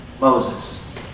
Moses